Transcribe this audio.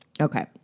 okay